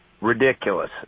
ridiculous